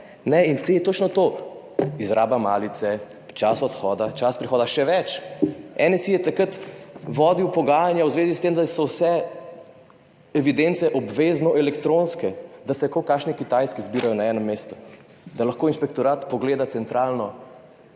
poslal, točno to, izraba malice, čas odhoda, čas prihoda. Še več, NSi je takrat vodil pogajanja v zvezi s tem, da so vse evidence obvezno elektronske, da se kot kakšne kitajske zbirajo na enem mestu, da lahko inšpektorat centralno